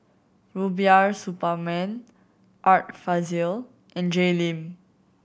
Rubiah Suparman Art Fazil and Jay Lim